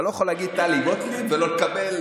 אתה לא יכול להגיד "טלי גוטליב" ולא לקבל